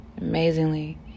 amazingly